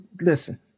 listen